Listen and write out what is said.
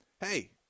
hey